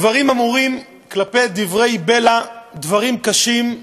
הדברים אמורים כלפי דברי בלע, דברים קשים,